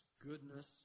goodness